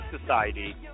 society